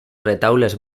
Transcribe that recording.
retaules